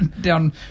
down